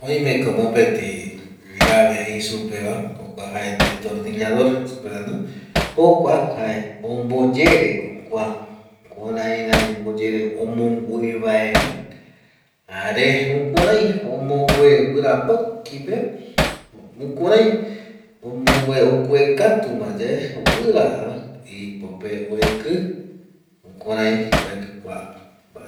Oimeko mopeti llave jei supeva destornillador jei supevano jokua jae ombo yereko kua kurairai omboyere omongue vaera, jare jukurai omongue guira mbokipe jukurai omongue, okuekatumayae, guiraja ipope oeki jukurai oeki kua mbae